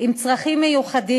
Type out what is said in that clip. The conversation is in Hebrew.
אז אנחנו נקיים הצבעה על ההצעה